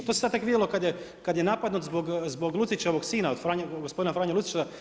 To se sad tek vidjelo kad je napadnut zbog Lucićevog sina od gospodina Franje Lucića.